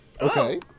Okay